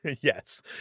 Yes